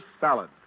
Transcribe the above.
salad